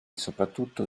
soprattutto